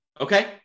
Okay